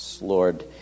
Lord